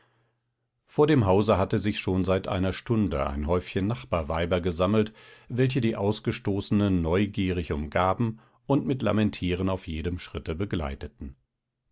vor dem hause hatte sich schon seit einer stunde ein häufchen nachbarweiber gesammelt welche die ausgestoßene neugierig umgaben und mit lamentieren auf jedem schritte begleiteten